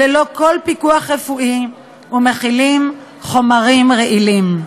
ללא כל פיקוח רפואי, ומכילים חומרים רעילים.